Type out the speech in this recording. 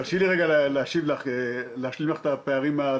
תרשי לי להשלים לך את הפערים מהדיון,